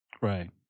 Right